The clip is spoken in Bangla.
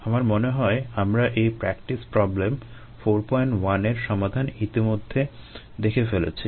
আমার মনে হয় আমরা এই প্র্যাকটিস প্রবলেম 41 এর সমাধান ইত্যাদি ইতিমধ্যে দেখে ফেলেছি